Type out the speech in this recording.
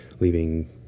leaving